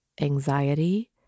anxiety